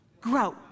grow